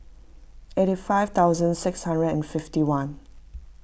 eighty five thousand six hundred and fifty one